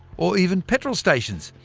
or even petrol stations!